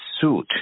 suit